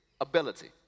ability